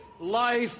life